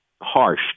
harsh